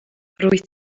rwyt